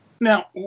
Now